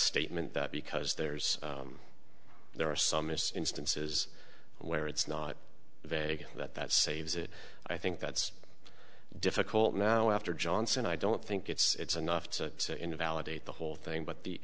statement that because there's there are some it's instances where it's not vague that that saves it i think that's difficult now after johnson i don't think it's enough to invalidate the whole thing but the